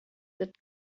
that